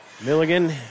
Milligan